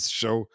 show